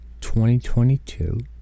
2022